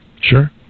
sure